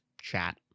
chat